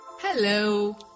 Hello